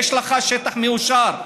יש לך שטח מאושר.